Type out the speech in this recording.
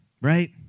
right